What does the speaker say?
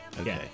Okay